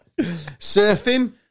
Surfing